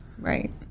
right